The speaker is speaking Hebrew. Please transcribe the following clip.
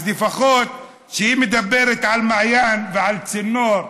אז לפחות כשהיא מדברת על מעיין ועל צינור,